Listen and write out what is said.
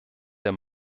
der